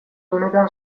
honetan